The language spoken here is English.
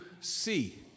see